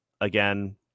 again